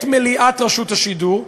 את מליאת רשות השידור,